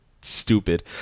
stupid